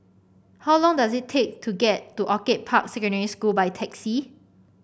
how long does it take to get to Orchid Park Secondary School by taxi